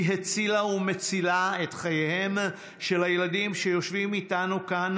היא הצילה ומצילה את חייהם של הילדים שיושבים איתנו כאן